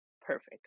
perfect